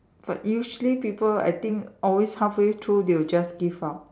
but usually people I think always halfway through they will just give up